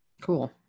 Cool